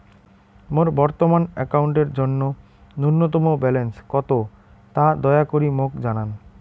মোর বর্তমান অ্যাকাউন্টের জন্য ন্যূনতম ব্যালেন্স কত তা দয়া করি মোক জানান